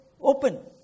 open